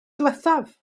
diwethaf